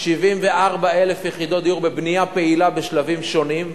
74,000 יחידות דיור בבנייה פעילה בשלבים שונים,